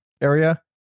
area